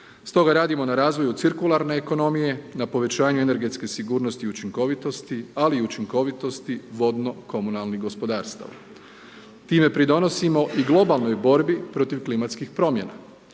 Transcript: Stoga radimo na razvoju cirkularne ekonomije, na povećanju energetske sigurnosti i učinkovitosti, ali i učinkovitosti vodno komunalnih gospodarstava. Time pridonosimo i globalnoj borbi protiv klimatskih promjena